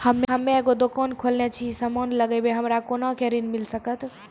हम्मे एगो दुकान खोलने छी और समान लगैबै हमरा कोना के ऋण मिल सकत?